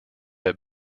have